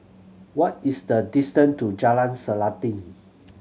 what is the distance to Jalan Selanting